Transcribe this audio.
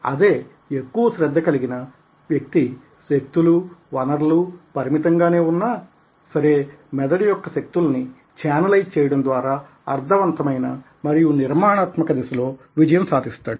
అదే ఎక్కువశ్రద్ధ కలిగిన వ్యక్తి శక్తులూ వనరులూ పరిమితం గానే వున్నా సరే మెదడు యొక్క శక్తులని ఛానలైజ్ చేయడం ద్వారా అర్థవంతమైన మరియు నిర్మాణాత్మక దిశలో విజయం సాధిస్తాడు